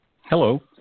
Hello